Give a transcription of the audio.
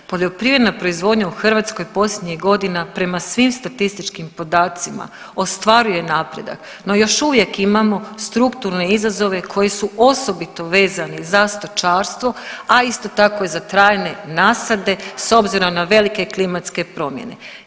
Poljoprivredna proizvodnja u Hrvatskoj posljednjih godina prema svim statističkim podacima ostvaruje napredak no još uvijek imamo strukturne izazove koji su osobito vezani za stočarstvo, a isto tako i za trajne nasade s obzirom na velike klimatske promjene.